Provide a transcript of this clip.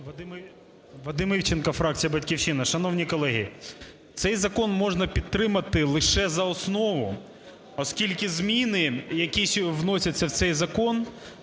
Вадим Івченко, фракція "Батьківщина". Шановні колеги, цей закон можна підтримати лише за основу, оскільки зміни, які вносяться в цей закон